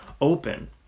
open